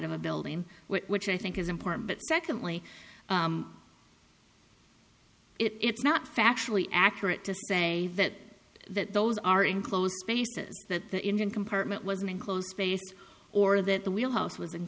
of a building which i think is important but secondly it's not factually accurate to say that that those are enclosed spaces that the engine compartment was an enclosed space or that the wheel house was in